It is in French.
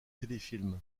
téléfilm